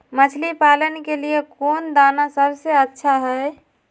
मछली पालन के लिए कौन दाना सबसे अच्छा है?